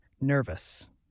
nervous